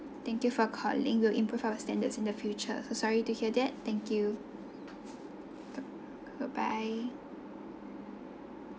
thank you for your calling we'll improve our standards in the future so sorry to hear that thank you b~ bye bye